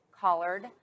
collard